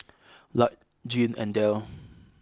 Lark Jean and Del